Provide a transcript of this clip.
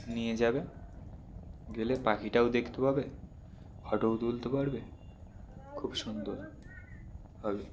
নিয়ে যাবে গেলে পাখিটাও দেখতে পাবে ফটোও তুলতে পারবে খুব সুন্দর হবে